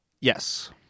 Yes